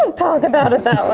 um talk about it that